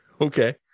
Okay